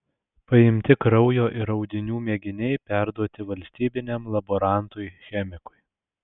paimti kraujo ir audinių mėginiai perduoti valstybiniam laborantui chemikui